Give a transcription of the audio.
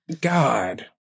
God